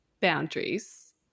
boundaries